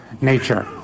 nature